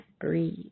breathe